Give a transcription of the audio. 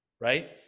right